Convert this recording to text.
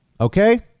Okay